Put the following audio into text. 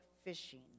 fishing